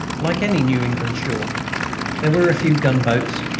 like any new england shore there were a few gunboats,